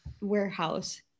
warehouse